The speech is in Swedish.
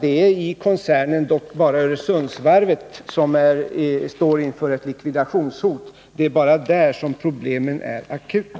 Det är inom koncernen dock bara Öresundsvarvet som står inför ett likvidationshot. Det är bara där som problemen är akuta.